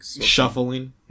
Shuffling